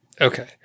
Okay